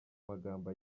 magambo